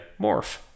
Morph